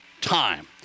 time